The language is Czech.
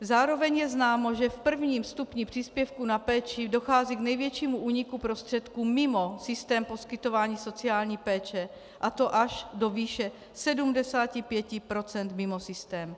Zároveň je známo, že v prvním stupni příspěvku na péči dochází k největšímu úniku prostředků mimo systém poskytování sociální péče, a to až do výše 75 % mimo systém.